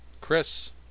Chris